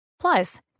Plus